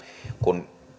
kun